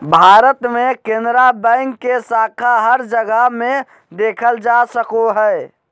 भारत मे केनरा बैंक के शाखा हर जगह मे देखल जा सको हय